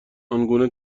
آنگونه